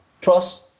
trust